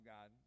God